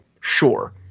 Sure